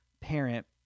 parent